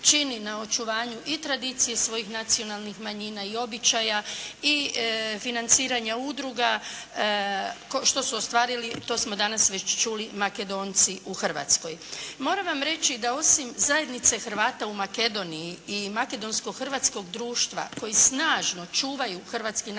čini na očuvanju i tradicije svojih nacionalnih manjina i običaja i financiranja udruga. Što su ostvarili, to smo danas već čuli Makedonci u Hrvatskoj. Moram vam reći da osim zajednice Hrvata u Makedoniji i makedonsko-hrvatskog društva, koji snažno čuvaju hrvatski nacionalni